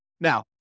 Now